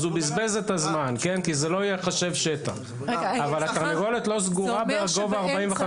הוא בזבז את הזמן כי זה לא ייחשב שטח אבל התרנגולת לא סגורה בגובה 45